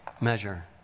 measure